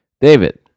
David